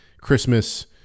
Christmas